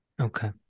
Okay